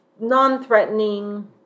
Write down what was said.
Non-threatening